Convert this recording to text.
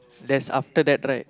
there's after that right